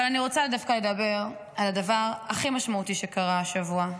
אבל אני רוצה דווקא לדבר על הדבר הכי משמעותי שקרה השבוע.